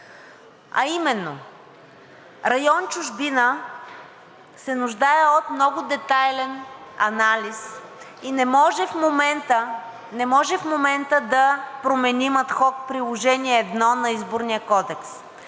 а именно: район „Чужбина“ се нуждае от много детайлен анализ и не може в момента да променим ад хок Приложение № 1 на Изборния кодекс.